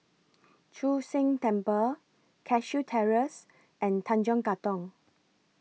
Chu Sheng Temple Cashew Terrace and Tanjong Katong